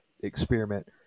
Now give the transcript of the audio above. experiment